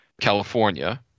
california